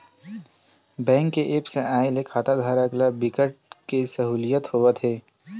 bank के apps आए ले खाताधारक ल बिकट के सहूलियत होवत हे